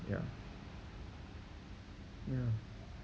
ya ya